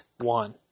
one